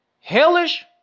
Hellish